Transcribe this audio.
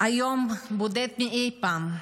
היום בודד מאי פעם.